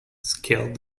scaled